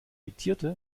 diktierte